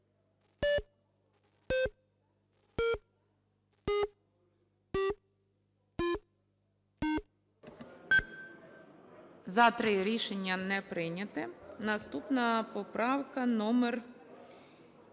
За-4 Рішення не прийнято. Наступна поправка номер